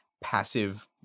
passive